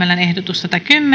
ehdotus